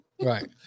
right